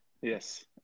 Yes